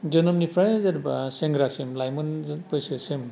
जोनोमनिफ्राय सोरबा सेंग्रासिम लाइमोन बैसोसिम